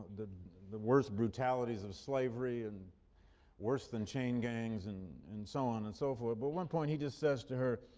the worst brutalities of slavery and worse than chain gangs and and so on and so forth. but at one point he just says to her,